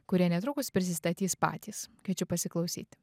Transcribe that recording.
kurie netrukus prisistatys patys kviečiu pasiklausyti